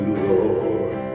Lord